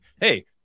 Hey